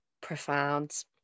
profound